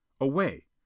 Away